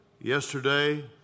Yesterday